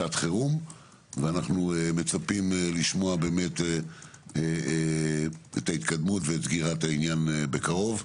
שעת חירום ואנחנו מצפים לשמוע באמת את ההתקדמות ואת סגירת העניין בקרוב.